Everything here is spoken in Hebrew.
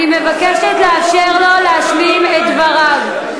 אני מבקשת לאפשר לו להשלים את דבריו.